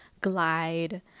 glide